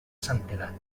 santedat